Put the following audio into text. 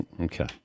Okay